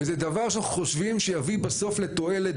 וזה דבר שאנחנו חושבים שיביא בסוף לתועלת,